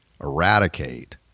eradicate